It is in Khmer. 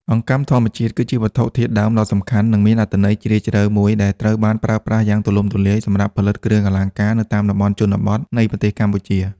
អង្កាំធម្មជាតិ គឺជាវត្ថុធាតុដើមដ៏សំខាន់ និងមានអត្ថន័យជ្រាលជ្រៅមួយដែលត្រូវបានប្រើប្រាស់យ៉ាងទូលំទូលាយសម្រាប់ផលិតគ្រឿងអលង្ការនៅតាមតំបន់ជនបទនៃប្រទេសកម្ពុជា។